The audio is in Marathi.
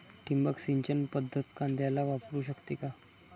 ठिबक सिंचन पद्धत कांद्याला वापरू शकते का?